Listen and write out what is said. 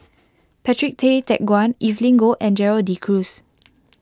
Patrick Tay Teck Guan Evelyn Goh and Gerald De Cruz